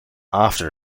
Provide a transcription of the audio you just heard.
after